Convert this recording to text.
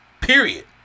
Period